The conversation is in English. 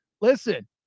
listen